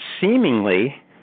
seemingly